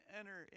enter